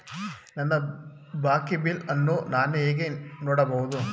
ನನ್ನ ಬಾಕಿ ಬಿಲ್ ಅನ್ನು ನಾನು ಹೇಗೆ ನೋಡಬಹುದು?